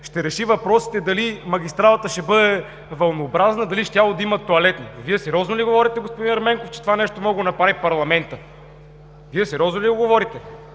ще реши въпросите дали магистралата ще бъде вълнообразна, дали щяло да има тоалетни!? Вие сериозно ли го говорите, господин Ерменков, че това нещо може да го направи парламентът!? Вие сериозно ли го говорите?